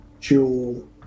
Jewel